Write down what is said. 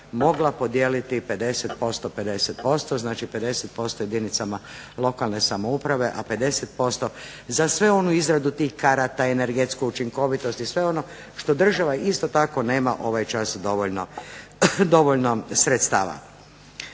mogla podijeliti 50% - 50%, znači 50% jedinicama lokalne samouprave, a 50% za svu onu izradu tih karata, energetsku učinkovitost i sve ono što država isto tako nema ovaj čas dovoljno sredstava.